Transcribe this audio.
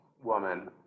woman